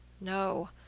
No